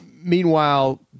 meanwhile